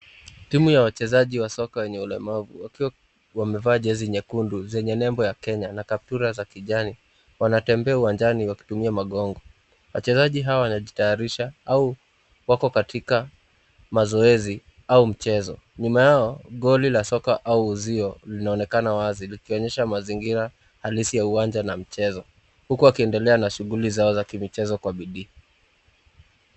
Timu ya wachezaji wa soka wenye ulemavu wakiwa wamevaa jezi nyekundu zenye nembo ya Kenya na kaptura za kijani. Wanatembea uwanjani wakitumia magongo. Wachezaji hawa wanajitayarisha au wako katika mazoezi au mchezo. Nyuma yao goli la soka au uzio linaonekana wazi likionyesha mazingira halisi ya uwanja na mchezo. Huku wakiendelea na shughuli zao za kimichezo kwa bidii.